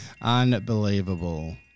Unbelievable